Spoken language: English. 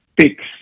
fix